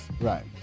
Right